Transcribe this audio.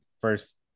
first